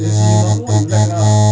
as in you must know what you like lah